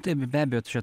taip be abejo čia